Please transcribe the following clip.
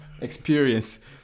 experience